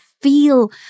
feel